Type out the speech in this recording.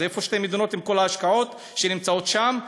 אז איפה שתי מדינות עם כל ההשקעות שנמצאות שם?